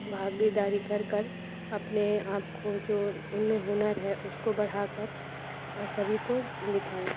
भागीदारी कर कर अपने आपको जो उनमें हुनर है उसको बढ़ाकर सभी को दिखाएँ